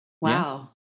Wow